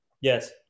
Yes